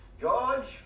George